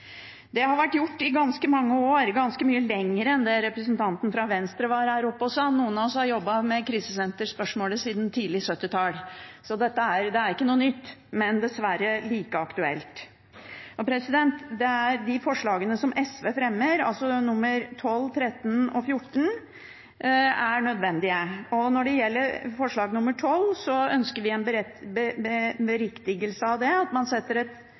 Det har vært gjort i ganske mange år – ganske mye lenger enn det representanten fra Venstre var her oppe og sa. Noen av oss har jobbet med krisesenterspørsmål siden tidlig på 1970-tallet, så dette er ikke noe nytt, men dessverre like aktuelt. De forslagene som SV fremmer, forslagene nr. 12, 13 og 14, er nødvendige. Når det gjelder forslag nr. 12, ønsker vi en beriktigelse av det, ved at man setter et